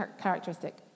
characteristic